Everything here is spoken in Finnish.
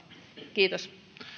kiitos